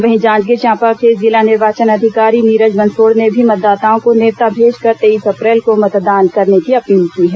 वहीं जांजगीर चांपा के जिला निर्वाचन अधिकारी नीरज बंसोड़ ने भी मतदाताओं को नेवता भेजकर तेईस अप्रैल को मतदान करने की अपील की है